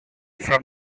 from